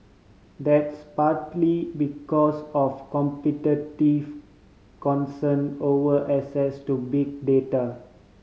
that's partly because of competitive concern over access to big data